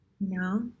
No